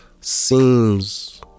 seems